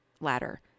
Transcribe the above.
ladder